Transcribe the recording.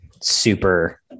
super